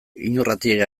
iñurrategi